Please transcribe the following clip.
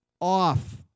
off